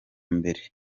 mbere